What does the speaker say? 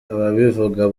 ababivuga